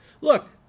Look